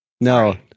No